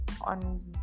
on